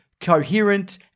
coherent